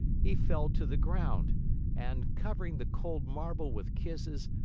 he fell to the ground and, covering the cold marble with kisses,